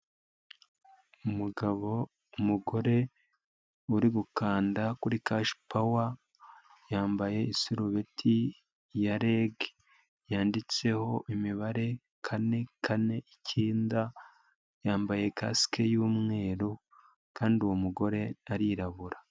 Umugore uri gukanda kuri kash pawa yambaye isarubeti ya REG yanditseho imibare kane kane icyenda yambaye kasike y'umweru kandi uwo mugore arirabura.